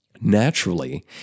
Naturally